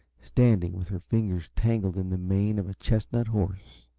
standing with her fingers tangled in the mane of a chestnut horse.